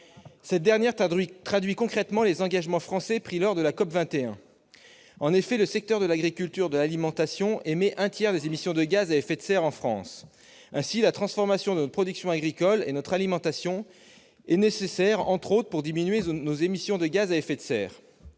SNBC, qui traduit concrètement les engagements pris par la France lors de la COP21. En effet, le secteur de l'agriculture et de l'alimentation est à l'origine d'un tiers des émissions de gaz à effet de serre de la France. Ainsi, la transformation de notre production agricole et de notre alimentation est nécessaire, en particulier, pour diminuer nos émissions de gaz à effet de serre.